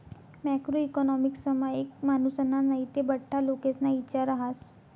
macro इकॉनॉमिक्समा एक मानुसना नै ते बठ्ठा लोकेस्ना इचार रहास